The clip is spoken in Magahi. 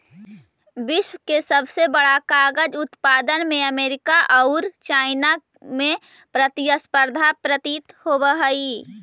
विश्व के सबसे बड़ा कागज उत्पादक में अमेरिका औउर चाइना में प्रतिस्पर्धा प्रतीत होवऽ हई